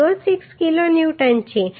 06 kilo newton છે